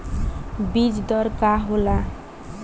बीज दर का होला?